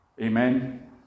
Amen